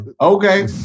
Okay